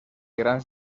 grans